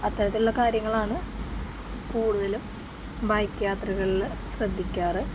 അത്തരത്തിലുള്ള കാര്യങ്ങളാണ് കൂടുതലും ബൈക്ക് യാത്രകളില് ശ്രദ്ധിക്കാറ്